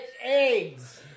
Eggs